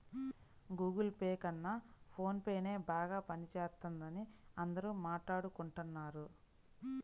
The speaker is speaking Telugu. గుగుల్ పే కన్నా ఫోన్ పేనే బాగా పనిజేత్తందని అందరూ మాట్టాడుకుంటన్నారు